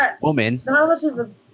woman